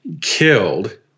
killed